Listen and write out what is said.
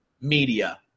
media